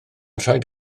rhaid